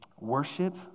worship